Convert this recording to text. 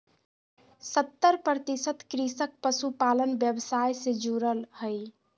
सत्तर प्रतिशत कृषक पशुपालन व्यवसाय से जुरल हइ